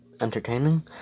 entertaining